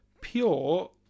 pure